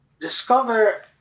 discover